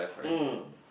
um